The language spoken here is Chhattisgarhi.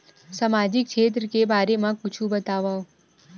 सामजिक क्षेत्र के बारे मा कुछु बतावव?